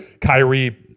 Kyrie